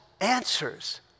answers